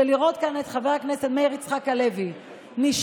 לראות כאן את חבר הכנסת מאיר יצחק הלוי נשאר,